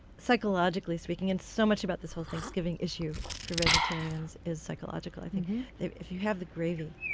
psychologically speaking and so much about this whole thanksgiving issue for vegetarians is psychological i think if you have the gravy,